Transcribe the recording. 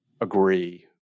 agree